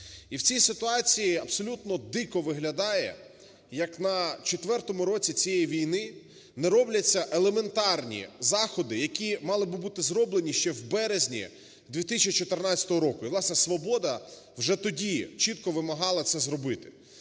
І в цій ситуації абсолютно дико виглядає як на четвертому році цієї війни не робляться елементарні заходи, які мали би бути зроблені ще в березні 2014 року і, власне, "Свобода" вже тоді чітко вимагала це зробити.